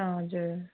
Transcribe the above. हजुर